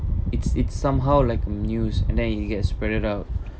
it's it's somehow like news and then it gets spreaded out